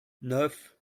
neuf